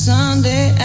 Sunday